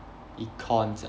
econs ah